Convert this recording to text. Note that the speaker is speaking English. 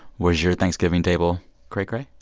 was your thanksgiving table cray cray?